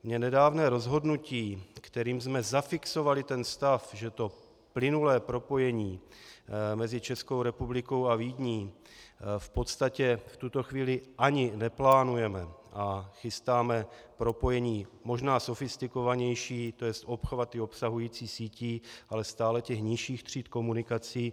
Mně nedávné rozhodnutí, kterým jsme zafixovali ten stav, že plynulé propojení mezi Českou republikou a Vídní v podstatě v tuto chvíli ani neplánujeme a chystáme propojení, možná sofistikovanější, to jest obchvaty obsahující sítí, ale stále těch nižších tříd komunikací.